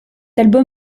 album